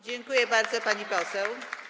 Dziękuję bardzo, pani poseł.